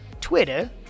Twitter